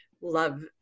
love